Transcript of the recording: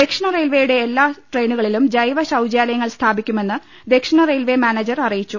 ദക്ഷിണ റെയിൽവെയുടെ എല്ലാ ട്രെയിനുകളിലും ജൈവ ശൌച്യാലയങ്ങൾ സ്ഥാപിക്കുമെന്ന് ദക്ഷിണ റെയിൽവെ മാനേജർ അറിയിച്ചു